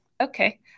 okay